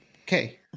Okay